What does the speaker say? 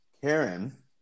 Karen